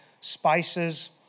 spices